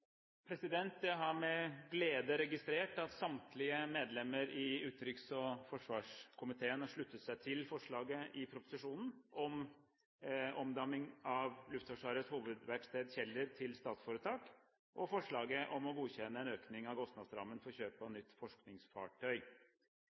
Jeg har med glede registrert at samtlige medlemmer i utenriks- og forsvarskomiteen har sluttet seg til forslaget i proposisjonen om omdanning av Luftforsvarets hovedverksted Kjeller til statsforetak og forslaget om å godkjenne en økning av kostnadsrammen for kjøp av